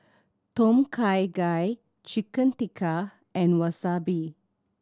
Tom Kha Gai Chicken Tikka and Wasabi